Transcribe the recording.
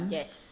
Yes